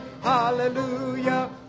hallelujah